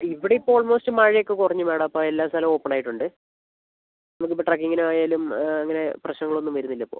ഇവിടെ ഇപ്പോൾ ഓൾമോസ്റ്റ് മഴയൊക്കെ കുറഞ്ഞു മാഡം അപ്പോൾ എല്ലാ സ്ഥലവും ഓപ്പൺ ആയിട്ടുണ്ട് നമുക്ക് ഇപ്പോൾ ട്രെക്കിങ്ങിനായാലും അങ്ങനെ പ്രശ്നങ്ങളൊന്നും വരുന്നില്ല ഇപ്പോൾ